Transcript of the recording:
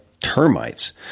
termites